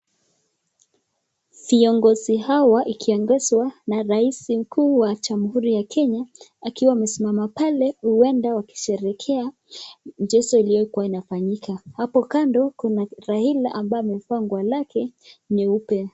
Viongozi hawa ikiongozwa na rais mkuu wa jamhuri ya Kenya, akiuwa anesimama pale huenda wakisherekea mchezo iliyokuwa inafanyika hapo kando kuna Raila ambao amevaa nguo lake nyeupe.